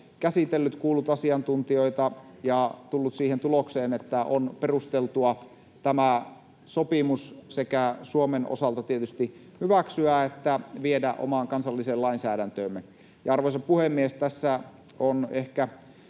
käsitellyt, kuullut asiantuntijoita ja tullut siihen tulokseen, että on perusteltua tämä sopimus Suomen osalta sekä tietysti hyväksyä että viedä omaan kansalliseen lainsäädäntöömme. Arvoisa puhemies! Tässä on ehkä